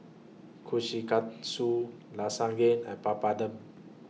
Kushikatsu Lasagne and Papadum